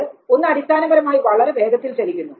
അത് ഒന്ന് അടിസ്ഥാനപരമായി വളരെ വേഗത്തിൽ ചലിക്കുന്നു